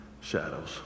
shadows